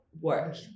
work